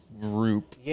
group